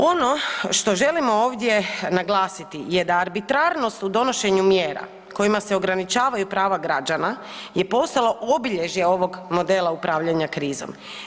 Ono što želimo ovdje naglasiti je da arbitrarnost u donošenju mjera kojima se ograničavaju prava građana je postalo obilježje ovog modela upravljanja krizom.